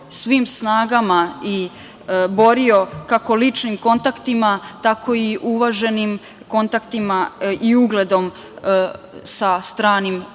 svim snagama borio kako ličnim kontaktima, tako i uvaženim kontaktima i ugledom sa stranim